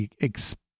expect